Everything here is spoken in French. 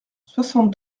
soixante